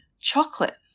chocolate